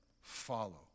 follow